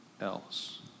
else